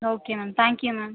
okay ma'am thank you ma'am